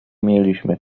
mieliśmy